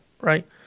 right